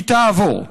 היא תעבור,